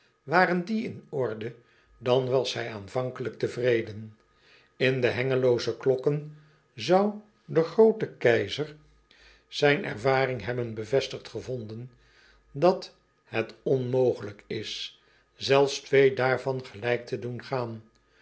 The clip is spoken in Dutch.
waren die in orde dan was hij aanvankelijk tevreden n de engelosche klokken zou de groote keizer zijn ervaring hebben bevestigd gevonden dat het onmogelijk is zelfs twee daarvan gelijk te doen gaan